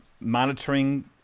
monitoring